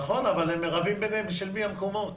נכון, אבל הם רבים ביניהם של מי המקומות.